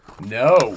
No